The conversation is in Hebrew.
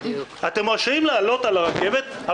אתם רשאים לעלות על הרכבת,